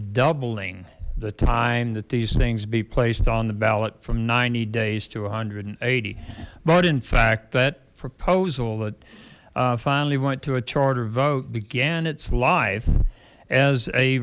doubling the time that these things be placed on the ballot from ninety days to one hundred and eighty but in fact that proposal that finally went to a charter vote began its life as a